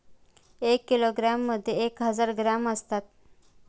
एक किलोग्रॅममध्ये एक हजार ग्रॅम असतात